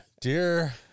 dear